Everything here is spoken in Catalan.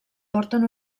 porten